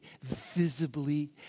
visibly